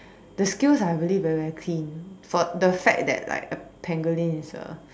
the scales are really very very clean for the fact that like a pangolin is a